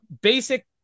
Basic